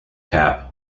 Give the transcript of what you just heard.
cap